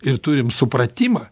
ir turim supratimą